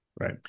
right